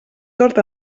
tord